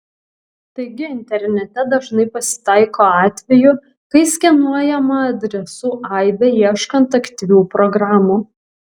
taigi internete dažnai pasitaiko atvejų kai skenuojama adresų aibė ieškant aktyvių programų